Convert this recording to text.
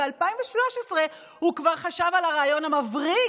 ב-2013 הוא כבר חשב על הרעיון המבריק,